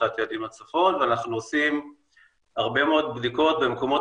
--- מהצפון ואנחנו עושים הרבה מאוד בדיקות במקומות